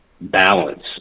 balance